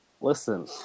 Listen